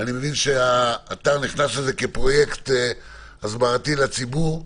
אני מבין שאתה נכנס לזה כפרויקט הסברתי לציבור.